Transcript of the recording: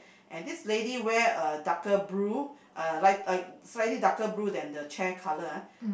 and this lady wears a darker blue uh like like slightly darker blue than the chair colour ah